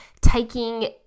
taking